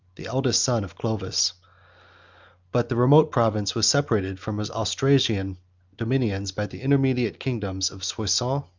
the eldest son of clovis but the remote province was separated from his austrasian dominions, by the intermediate kingdoms of soissons,